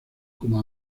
como